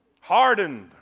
hardened